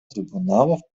трибуналов